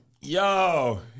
Yo